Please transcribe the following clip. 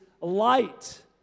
light